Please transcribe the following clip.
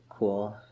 cool